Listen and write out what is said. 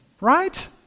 Right